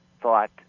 thought